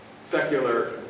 secular